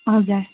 हजुर